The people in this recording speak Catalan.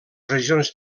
regions